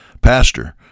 Pastor